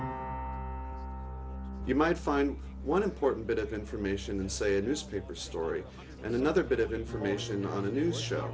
you might find one important bit of information and say a newspaper story and another bit of information on a news show